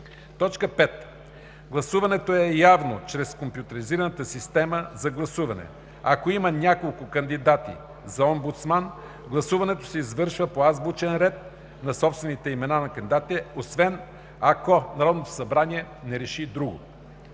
5. Гласуването е явно чрез компютризираната система за гласуване. Ако има няколко кандидати за омбудсман, гласуването се извършва по азбучен ред на собствените имена на кандидатите, освен ако Народното събрание реши друго.